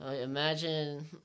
imagine